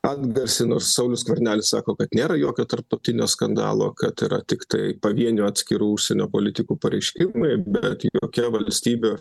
atgarsį nors saulius skvernelis sako kad nėra jokio tarptautinio skandalo kad yra tiktai pavienių atskirų užsienio politikų pareiškimai bet jokia valstybė